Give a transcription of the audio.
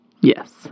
Yes